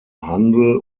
handel